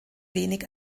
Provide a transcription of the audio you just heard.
wenig